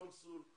קונסול,